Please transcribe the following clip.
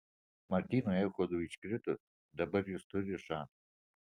martynui echodui iškritus dabar jis turi šansą